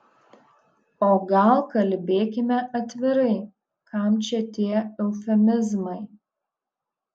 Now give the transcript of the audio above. o gal kalbėkime atvirai kam čia tie eufemizmai